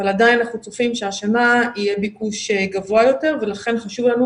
אבל אנחנו עדיין צופים שהשנה יהיה ביקוש גבוה יותר ולכן חשוב לנו